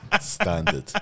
Standard